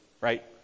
right